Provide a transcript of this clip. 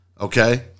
okay